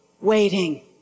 waiting